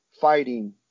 fighting